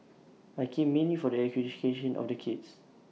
I came mainly for the education of the kids